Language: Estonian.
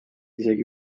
isegi